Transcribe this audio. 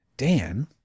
Dan